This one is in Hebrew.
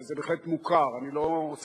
וזה אולי